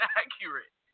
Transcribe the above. accurate